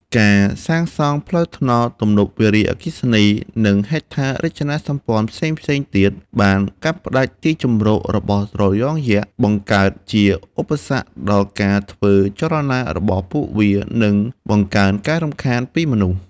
ការសាងសង់ផ្លូវថ្នល់ ទំនប់វារីអគ្គិសនី និងហេដ្ឋារចនាសម្ព័ន្ធផ្សេងៗទៀត បានកាត់ផ្តាច់ទីជម្រករបស់ត្រយងយក្ស បង្កើតជាឧបសគ្គដល់ការធ្វើចលនារបស់ពួកវា និងបង្កើនការរំខានពីមនុស្ស។